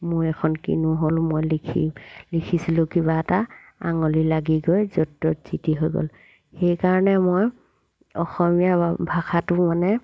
মোৰ এখন কিনো হ'ল মই লিখি লিখিছিলোঁ কিবা এটা আঙুলি লাগি গৈ য'ত ত'ত যি টি হৈ গ'ল সেইকাৰণে মই অসমীয়া ভাষাটো মানে